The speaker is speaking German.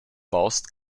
baust